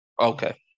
okay